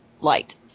light